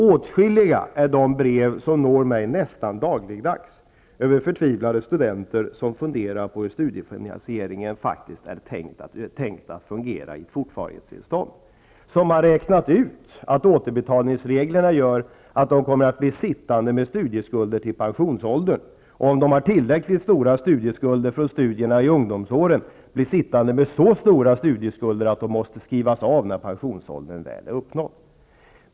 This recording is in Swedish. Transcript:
Åtskilliga är de brev som når mig nästan dagligdags från förtvivlade studenter som funderar på hur studiefinansieringen faktiskt är tänkt att fungera i ett fortfarighetstillstånd. De har räknat ut att åtberbetalningsreglerna gör att de kommer att bli sittande med studieskulder fram till pensionsåldern, och om de har tillräckligt stora studieskulder från studierna i ungdomsåren kommer de att bli sittande med så studieskulder att de måste skrivas av när pensionsåldern väl är uuppnådd.